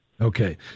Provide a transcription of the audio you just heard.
Okay